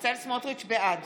בעד